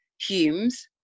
Humes